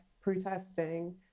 protesting